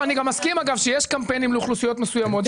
אני גם מסכים שיש קמפיינים לאוכלוסיות מסוימות.